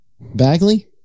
Bagley